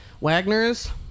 Wagner's